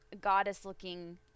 goddess-looking